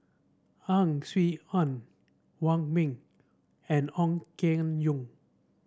Ang Swee Aun Wong Ming and Ong Keng Yong